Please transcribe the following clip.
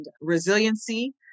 resiliency